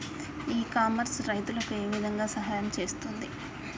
ఇ commerce రైతులకు ఏ విధంగా సహాయం చేస్తుంది?